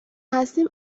هستیم